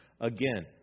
again